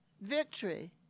victory